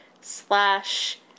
slash